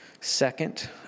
Second